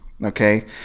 Okay